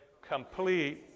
complete